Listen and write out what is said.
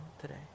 today